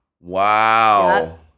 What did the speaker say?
Wow